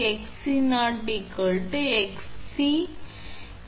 This இதை இப்படி ஆக்குங்கள் ஏனெனில் இது 𝑋𝑐 ஆல் all அனைத்து கூட்டுத்தொகையால் வகுக்கப்படுகிறது